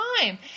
time